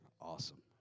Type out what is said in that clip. Awesome